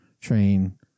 train